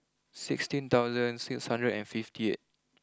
sixteen dollar six hundred and fifty eight